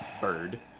bird